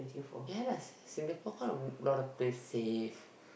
ya lah Singapore lah a lot of place safe